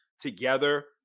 together